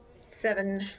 Seven